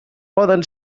poden